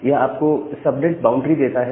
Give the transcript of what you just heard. यह आपको सब नेट बाउंड्री देता है